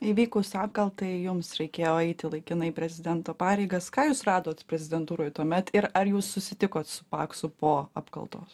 įvykus apkaltai jums reikėjo eiti laikinai prezidento pareigas ką jūs radot prezidentūroj tuomet ir ar jūs susitikot su paksu po apkaltos